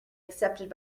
accepted